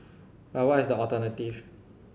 but what is the alternative